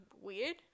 weird